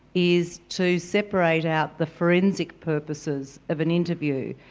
is to separate out the forensic purposes of an interview,